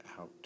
out